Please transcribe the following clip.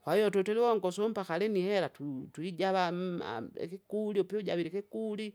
kwaiyo twetilongosu mbahalini hela tu- twijava m- ma- bekigulyo pe ujavile higuli.